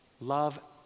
Love